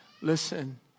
listen